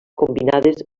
combinades